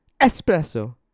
Espresso